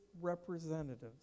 representatives